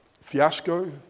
fiasco